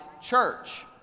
Church